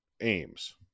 aims